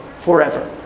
forever